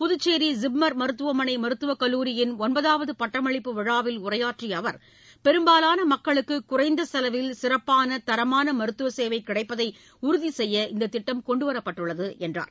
புதுச்சேரி ஜிப்மர் மருத்துவமனை மருத்துவக் கல்லூரியின் ஒன்பதாவது பட்டமளிப்பு விழாவில் உரையாற்றிய அவா் பெரும்பாலான மக்களுக்கு குறைந்த செலவில் சிறப்பான தரமான மருத்துவ சேவை கிடைப்பதை உறுதி செய்ய இந்த திட்டம் கொண்டுவரப்பட்டுள்ளது என்றார்